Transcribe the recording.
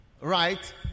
right